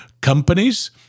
companies